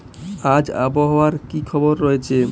আজ আবহাওয়ার কি খবর রয়েছে?